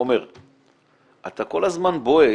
עומר, אתה כל הזמן בוהה?